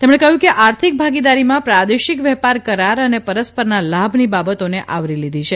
તેમણે કહ્યુ કે આર્થિક ભાગીદારીમાં પ્રાદેશિક વેપાર કરાર અને પરસ્પરના લાભની બાબતોને આવરી લીધી છે